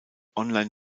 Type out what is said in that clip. online